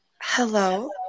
Hello